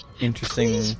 Interesting